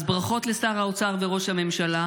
אז ברכות לשר האוצר ולראש הממשלה,